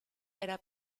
era